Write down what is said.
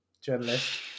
journalist